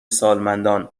سالمندان